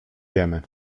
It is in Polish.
wiemy